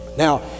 Now